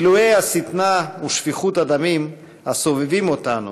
גילויי השטנה ושפיכות הדמים הסובבים אותנו,